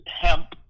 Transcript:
hemp